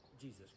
Jesus